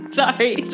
sorry